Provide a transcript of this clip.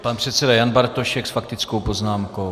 Pan předseda Bartošek s faktickou poznámkou.